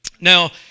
Now